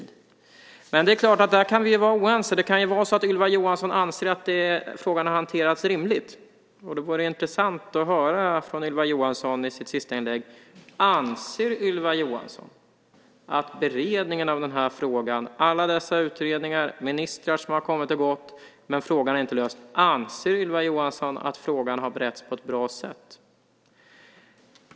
Där kan vi helt klart vara oense. Det kan ju vara så att Ylva Johansson anser att frågan har hanterats rimligt. Det vore intressant att i Ylva Johanssons sista inlägg höra om hon anser att beredningen av frågan - med alla utredningar som varit och med ministrar som kommit och gått utan att frågan lösts - har beretts på ett bra sätt.